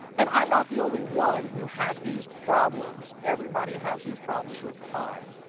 and i'm not the only one who had these problems. everybody has these problems with time.